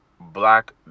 black